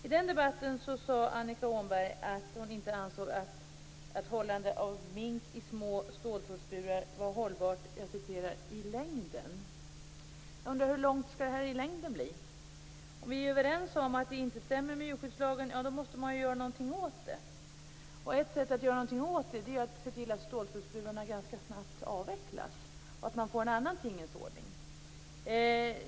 I den debatten sade Annika Åhnberg att hon inte ansåg att hållande av mink i små ståltrådsburar var hållbart "i längden". Jag undrar hur lång tid "i längden" skall vara. Om vi är överens om att det här inte stämmer med djurskyddslagen måste man göra någonting åt det. Ett sätt är då att se till att ståltrådsburarna snabbt avvecklas och att det blir en annan tingens ordning.